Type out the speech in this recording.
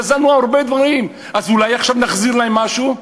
גזלנו הרבה דברים, אז אולי עכשיו נחזיר להם משהו?